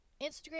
instagram